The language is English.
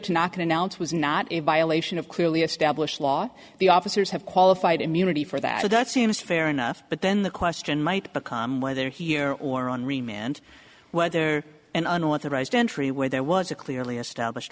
to knock and announce was not a violation of clearly established law the officers have qualified immunity for that seems fair enough but then the question might become whether here or on remand whether an unauthorized entry where there was a clearly established